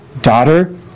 Daughter